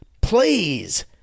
Please